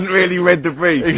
really read the